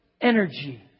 energy